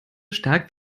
stark